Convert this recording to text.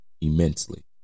immensely